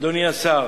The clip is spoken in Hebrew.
אדוני השר,